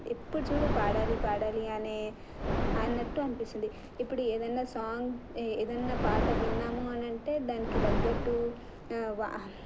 ఎప్పుడు చూడు పాడాలి పాడాలి అనే అన్నట్టు అనిపిస్తుంది ఇప్పుడు ఏదైనా సాంగ్ ఏదైనా పాట విన్నాము అని అంటే దానికి తగ్గట్టు